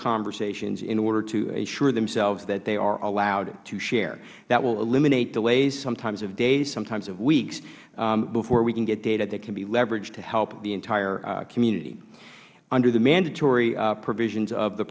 conversations in order to ensure themselves that they are allowed to share that will eliminate delays sometimes of days sometimes of weeks before we can get data that can be leveraged to help the entire community under the mandatory provisions of the